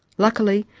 luckily,